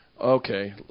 Okay